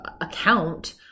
account